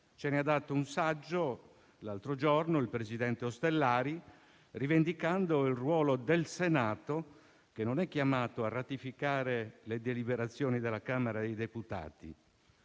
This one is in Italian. Ce ne ha dato un saggio l'altro giorno il presidente Ostellari, rivendicando il ruolo del Senato, che non è chiamato a ratificare le deliberazioni della Camera dei deputati: